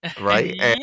Right